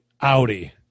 audi